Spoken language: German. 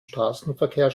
straßenverkehr